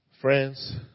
Friends